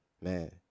Man